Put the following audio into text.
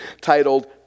titled